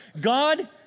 God